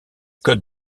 code